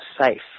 safe